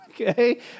Okay